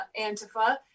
antifa